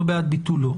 לא בעד ביטולו.